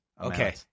Okay